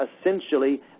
essentially